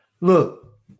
look